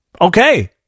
Okay